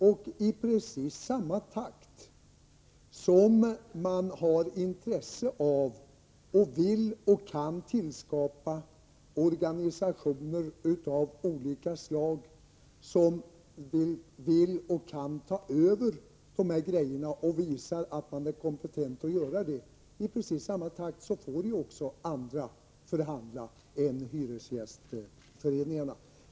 Och i precis samma takt som man har intresse av och vill och kan tillskapa organisationer av olika slag, som önskar och kan ta över de här förhandlingarna samt visar att de är kompetenta att göra det, får ju också andra än hyresgästföreningarna förhandla.